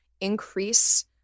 increase